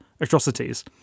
atrocities